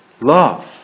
love